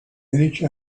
take